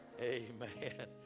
amen